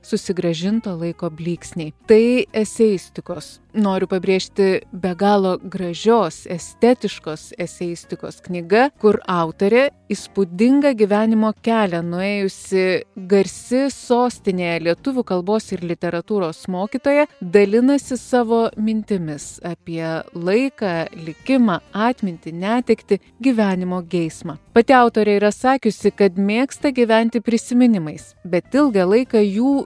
susigrąžinto laiko blyksniai tai eseistikos noriu pabrėžti be galo gražios estetiškos eseistikos knyga kur autorė įspūdingą gyvenimo kelią nuėjusi garsi sostinėje lietuvių kalbos ir literatūros mokytoja dalinasi savo mintimis apie laiką likimą atmintį netektį gyvenimo geismą pati autorė yra sakiusi kad mėgsta gyventi prisiminimais bet ilgą laiką jų